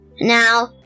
Now